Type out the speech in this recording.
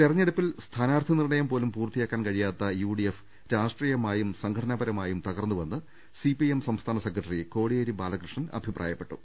തെരഞ്ഞെടുപ്പിൽ സ്ഥാനാർഥി നിർണയം പോലും പൂർത്തിയാ ക്കാൻ കഴിയാത്ത യുഡിഎഫ് രാഷ്ട്രീയമായും സംഘടനാപര മായും തകർന്നുവെന്ന് സിപിഐഎം സംസ്ഥാന സെക്രട്ടറി കോടി യേരി ബാലകൃഷ്ണൻ അഭിപ്രായപ്പെട്ടു